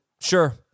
Sure